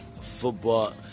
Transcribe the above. Football